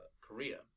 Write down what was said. Korea